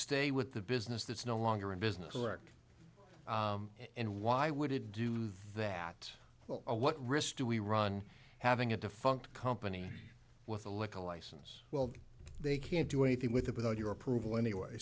stay with the business that's no longer in business or work and why would it do that well what risk do we run having a defunct company with a liquor license well they can't do anything with it without your approval anyway